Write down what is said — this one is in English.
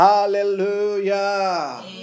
Hallelujah